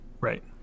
Right